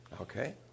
Okay